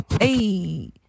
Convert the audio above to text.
Hey